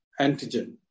antigen